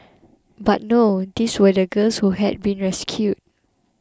but no these were the girls who had been rescued